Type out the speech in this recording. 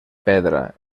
pedra